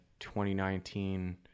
2019